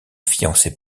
fiancé